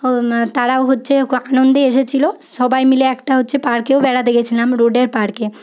তারাও হচ্ছে আনন্দে এসেছিল সবাই মিলে একটা হচ্ছে পার্কেও বেড়াতে গেছিলাম রোডের পার্কে